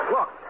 Look